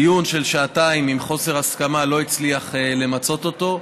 דיון של שעתיים עם חוסר הסכמה לא הצליח למצות אותו.